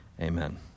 amen